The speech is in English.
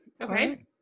Okay